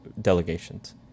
delegations